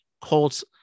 Colts